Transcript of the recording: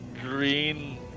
green